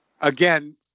Again